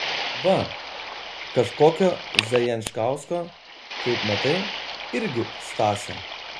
va kažkokio zajančkausko kaip matai irgi stasio